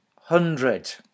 hundred